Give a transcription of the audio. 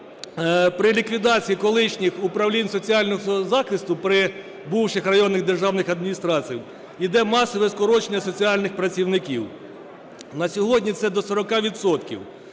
при ліквідації колишніх управлінь соціального захисту при бувших районних державних адміністраціях іде масове скорочення соціальних працівників. На сьогодні це до 40